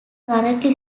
currently